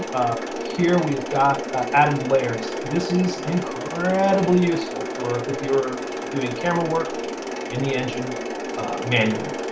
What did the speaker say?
here we've got additive layers. this is incredibly useful for if you're doing camerawork in the engine manually.